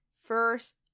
first